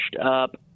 up